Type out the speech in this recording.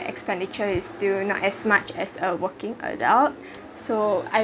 expenditure is do not as much as a working adult so I